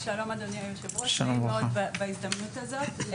שלום אדוני היושב-ראש, נעים מאוד בהזדמנות הזאת.